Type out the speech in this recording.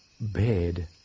bed